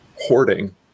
hoarding